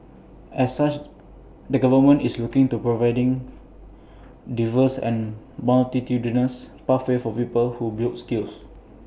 as such the government is looking at providing diverse and multitudinous pathways for people who build skills